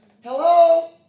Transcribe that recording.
Hello